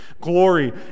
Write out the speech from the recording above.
glory